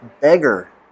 beggar